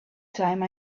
time